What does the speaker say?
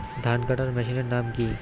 ধান কাটার মেশিনের নাম কি?